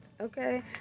Okay